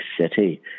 city